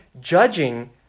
judging